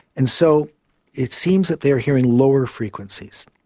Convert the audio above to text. and so it seems that they are hearing lower frequencies.